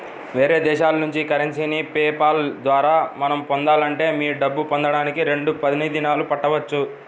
వేరే దేశాల నుంచి కరెన్సీని పే పాల్ ద్వారా మనం పొందాలంటే మీ డబ్బు పొందడానికి రెండు పని దినాలు పట్టవచ్చు